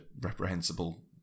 reprehensible